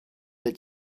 that